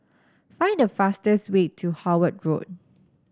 find the fastest way to Howard Road